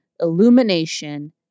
Illumination